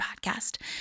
podcast